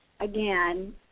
again